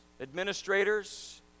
administrators